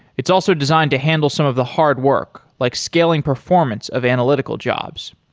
it's also designed to handle some of the hard work, like scaling performance of analytical jobs.